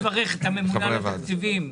אנחנו צריכים לברך את הממונה על התקציבים.